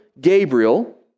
Gabriel